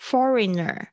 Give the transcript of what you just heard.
Foreigner